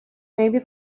maybe